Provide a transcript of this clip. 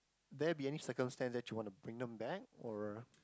there be any circumstance that you want to bring them back or